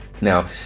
Now